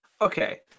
Okay